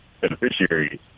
beneficiaries